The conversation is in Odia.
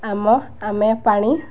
ଆମ ଆମେ ପାଣି